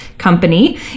company